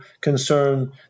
concern